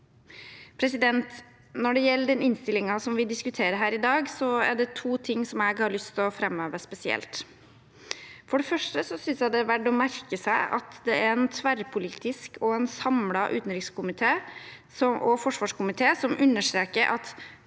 råd. Når det gjelder den innstillingen vi diskuterer her i dag, er det to ting jeg har lyst til å framheve spesielt. For det første synes jeg det er verdt å merke seg at det er en tverrpolitisk og samlet utenriks- og forsvarskomité som understreker at